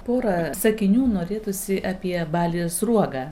pora sakinių norėtųsi apie balį sruogą